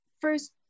first